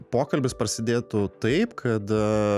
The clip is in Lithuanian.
pokalbis prasidėtų taip kad